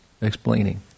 explaining